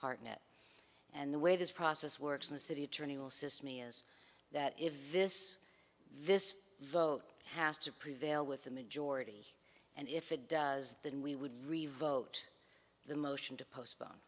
hartnett and the way this process works in the city attorney will sist me is that if this this vote has to prevail with a majority and if it does then we would really vote the motion to postpone